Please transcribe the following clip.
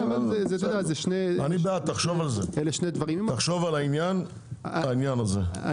תחשוב על ההצעה שלי.